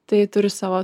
tai turi savo